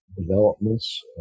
developments